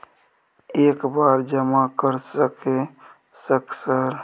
एक बार जमा कर सके सक सर?